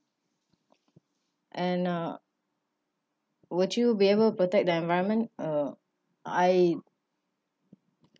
and uh would you be able to protect the environment uh I